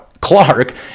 clark